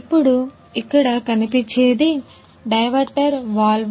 ఇప్పుడు ఇక్కడ కనిపించేది డైవర్టర్ వాల్వ్